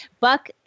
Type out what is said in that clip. Buck